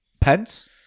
pence